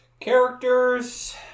Characters